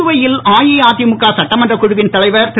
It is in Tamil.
புதுவையில் அஇஅதிமுக சட்டமன்றக் குழுவின் தலைவர் திரு